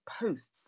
posts